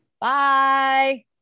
Bye